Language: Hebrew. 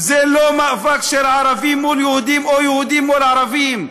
זה לא מאבק של ערבים מול יהודים או יהודים מול ערבים,